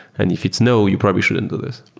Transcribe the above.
and if it's no, you probably should enter this.